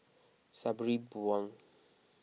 Sabri Buang